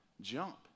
jump